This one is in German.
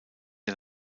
der